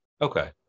Okay